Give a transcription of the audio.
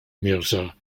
mirza